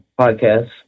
podcast